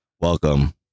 Welcome